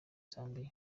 zambia